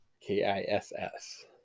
K-I-S-S